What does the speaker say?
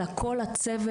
אלא כל הצוות,